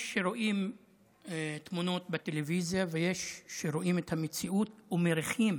יש שרואים תמונות בטלוויזיה ויש שרואים את המציאות ומריחים